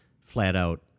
flat-out